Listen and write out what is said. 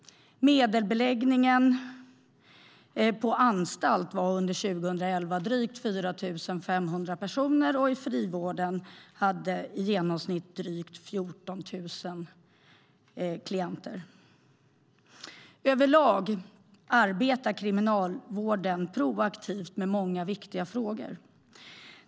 Medelbeläggningen på anstalt var under 2011 drygt 4 500 personer, och frivården hade i genomsnitt drygt 14 000 klienter. Över lag arbetar kriminalvården proaktivt med många viktiga frågor.